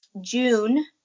June